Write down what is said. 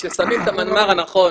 כששמים את המנמ"ר הנכון,